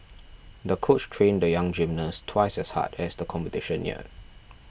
the coach trained the young gymnast twice as hard as the competition neared